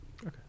Okay